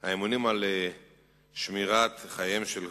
2. האם הוסקו מסקנות כלשהן ממקרה חמור זה?